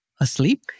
asleep